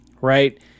right